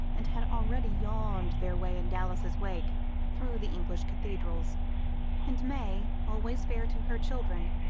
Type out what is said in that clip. and had already yawned their way in dallas's wake through the english cathedrals and may, always fair to her children,